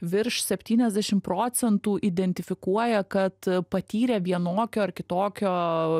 virš septyniasdešim procentų identifikuoja kad patyrė vienokio ar kitokio